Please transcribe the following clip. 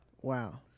Wow